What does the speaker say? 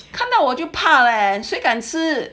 看到我就怕 leh 谁敢吃